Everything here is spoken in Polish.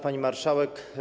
Pani Marszałek!